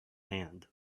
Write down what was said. hand